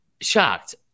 shocked